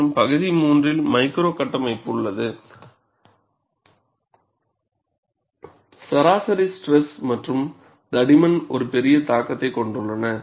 மற்றும் பகுதி மூன்றில் மைக்ரோ கட்டமைப்பு சராசரி ஸ்ட்ரெஸ் மற்றும் தடிமன் ஒரு பெரிய தாக்கத்தை கொண்டுள்ளன